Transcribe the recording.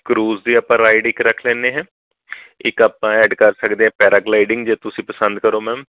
cruise ਦੀ ਆਪਾਂ ride ਇੱਕ ਰੱਖ ਲੈਂਦੇ ਹਾਂ ਇੱਕ ਆਪਾਂ ਐਡ ਕਰ ਸਕਦੇ ਹਾਂ ਪੈਰਾਕਲਾਈਡਿੰਗ ਜੇ ਤੁਸੀਂ ਪਸੰਦ ਕਰੋ ਮੈਮ